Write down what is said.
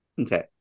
Okay